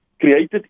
created